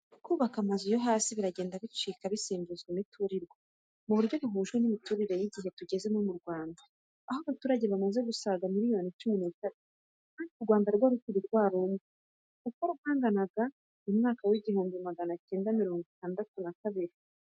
Kubaka amazu yo hasi biragenda bicika bigasimbuzwa imiturirwa, mu buryo buhuje n'imiturire ihuje n'igihe tugezemo mu Rwanda, aho abarutuye bamaze gusaga miliyoni cumi n'eshatu kandi u Rwanda rwo rukiri rwa rundi, uko rwanganaga mu mwaka w'igihumbi magana cyenda mirongo itandatu na kabiri.